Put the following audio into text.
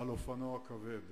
על אופנוע כבד.